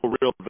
real